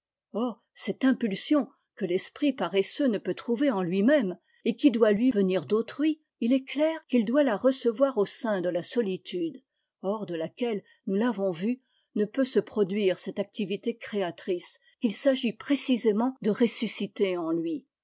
cette impulsion que l'esprit paresseux ne peut trouver en lui-même et qui doit lui venir d'autrui il est clair qu'il doit la recevoir au sein de la solitude hors de laquelle nous l'avons vu ne peut se produire cette activité créatrice qu'il s'agit précisément de ressusciter en lui